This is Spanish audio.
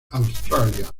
australia